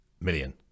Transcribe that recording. million